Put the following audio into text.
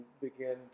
begin